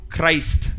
Christ